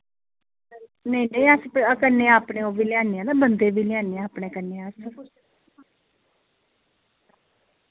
नेईं नेईं अस कन्नै अपने ओह् बी लेआने आं ना बंदे बी लेआने आं अपने कन्नै अस